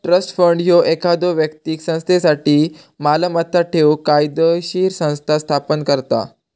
trust fund ह्यो एखाद्यो व्यक्तीक संस्थेसाठी मालमत्ता ठेवूक कायदोशीर संस्था स्थापन करता